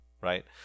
right